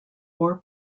ore